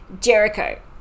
Jericho